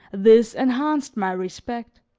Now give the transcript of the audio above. this enhanced my respect.